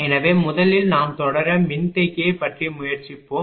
எனவே முதலில் நாம் தொடர் மின்தேக்கியைப் பற்றி முயற்சிப்போம்